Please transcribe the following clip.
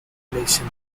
population